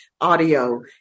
audio